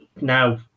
now